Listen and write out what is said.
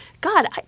God